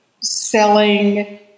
selling